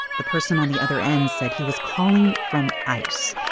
the person on the other end said he was calling from ice.